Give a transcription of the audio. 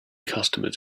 customers